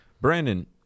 Brandon